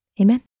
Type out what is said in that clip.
Amen